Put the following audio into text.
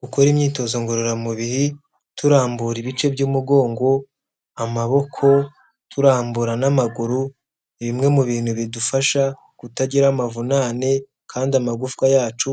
Gukora imyitozo ngororamubiri, turambura ibice by'umugongo, amaboko, turambura n'amaguru, ni bimwe mu bintu bidufasha kutagira amavunane, kandi amagufwa yacu,